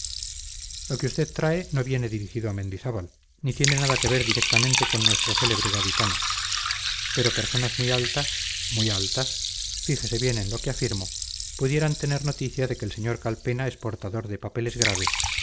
lo que usted trae no viene dirigido a mendizábal ni tiene nada que ver directamente con nuestro célebre gaditano pero personas muy altas muy altas fijese bien en lo que afirmo pudieran tener noticia de que el señor calpena es portador de papeles graves